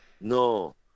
No